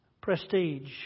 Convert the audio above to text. prestige